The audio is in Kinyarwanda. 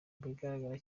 bigaragara